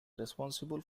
responsible